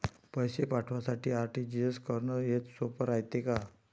पैसे पाठवासाठी आर.टी.जी.एस करन हेच सोप रायते का?